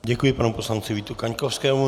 Děkuji panu poslanci Vítu Kaňkovskému.